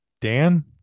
Dan